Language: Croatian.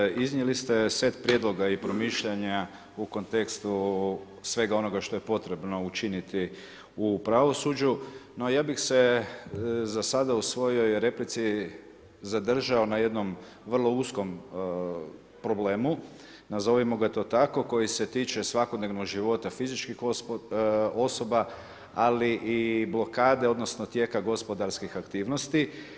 Kolega Grmoja, iznijeli ste set prijedloga i promišljanja u kontekstu svega onoga što je potrebno učiniti u pravosuđu, no ja bih se, za sada u svojoj replici zadržao na jednom vrlo uskom problemu, nazovimo ga to tako, koji se tiče svakodnevnog života fizičkih osoba, ali i blokade odnosno tijeka gospodarskih aktivnosti.